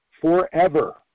forever